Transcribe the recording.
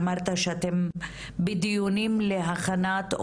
אמרת שאתם בדיונים להכנת,